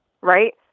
right